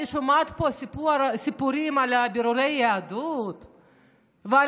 אני שומעת פה סיפורים על בירורי יהדות ועל